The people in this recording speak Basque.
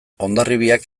hondarribiak